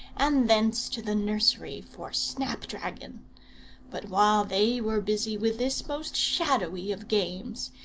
and thence to the nursery for snap-dragon but while they were busy with this most shadowy of games,